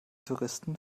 touristen